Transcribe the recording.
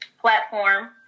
platform